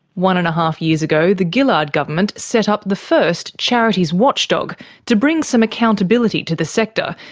one and a half years ago the gillard government set up the first charities watchdog to bring some accountability to the sector,